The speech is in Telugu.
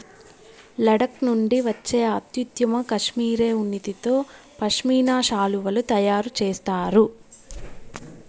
లడఖ్ నుండి వచ్చే అత్యుత్తమ కష్మెరె ఉన్నితో పష్మినా శాలువాలు తయారు చేస్తారు